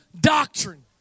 doctrine